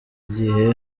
igihe